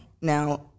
Now